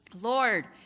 Lord